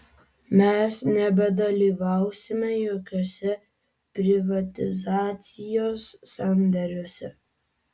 mes nebedalyvausime jokiuose privatizacijos sandėriuose